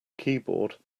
keyboard